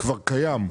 כבר קיים.